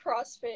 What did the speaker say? CrossFit